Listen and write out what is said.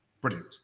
Brilliant